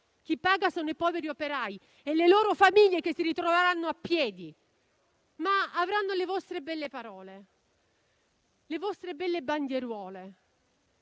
chi paga sono i poveri operai e le loro famiglie che si ritroveranno a piedi, ma con le vostre belle parole, le vostre belle banderuole.